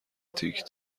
تیک